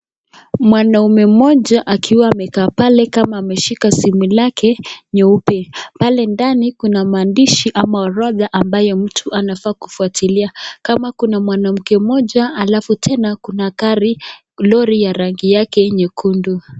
Mwanaume mmoja akiwa amekaa pale kama anashika simu lake nyeupe. Pale ndani kuna maandishi ama orodha, ambayo mtu anafaa kufuatilia. Kama kuna mwanamke mmoja alafu tena kuna gari lori ya rangi yake nyekundu.